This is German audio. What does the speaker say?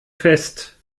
fest